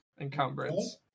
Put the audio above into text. encumbrance